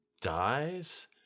dies